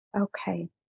Okay